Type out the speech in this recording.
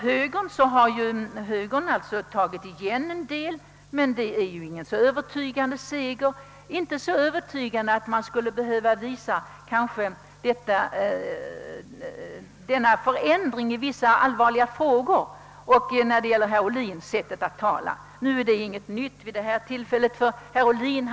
Högern har tagit igen en del tidigare förluster, men vann ingen övertygande seger, inte så övertygande att det finns anledning att visa en ändrad inställning i vissa allvarliga frågor. När det gäller herr Ohlin är det inte nytt att vilja uppträda som triumfator.